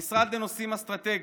המשרד לנושאים אסטרטגיים,